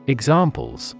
Examples